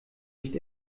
nicht